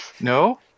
No